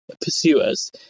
pursuers